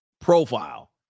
profile